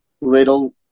little